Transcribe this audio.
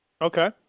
Okay